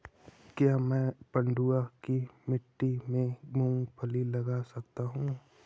क्या मैं पडुआ की मिट्टी में मूँगफली लगा सकता हूँ?